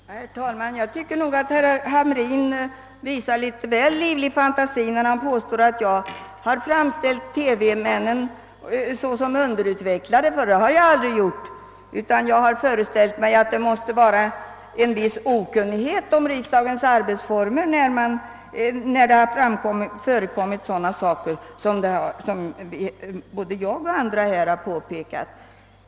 Herr talman! Jag tycker nog att herr Hamrin i Jönköping visar prov på litet väl livlig fantasi när han påstår, att jag framställt TV-männen såsom underutvecklade. Det har jag aldrig gjort. Men jag har föreställt mig att det måste föreligga en viss okunnighet om riksdagens arbeisformer när det förekommer sådana saker som både jag och andra har påtalat.